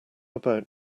about